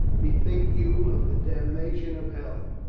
bethink you of the damnation of hell!